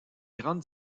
grande